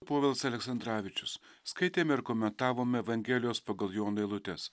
povilas aleksandravičius skaitėme ir komentavome evangelijos pagal joną eilutes